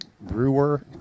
Brewer